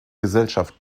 gesellschaft